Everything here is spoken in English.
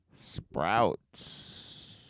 sprouts